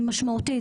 היא משמעותית,